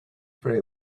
very